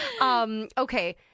Okay